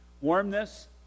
Warmness